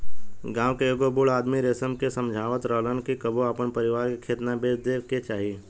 गांव के एगो बूढ़ आदमी रमेश के समझावत रहलन कि कबो आपन परिवार के खेत ना बेचे देबे के चाही